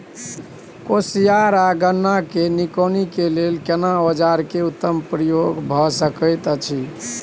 कोसयार आ गन्ना के निकौनी के लेल केना औजार के उत्तम प्रयोग भ सकेत अछि?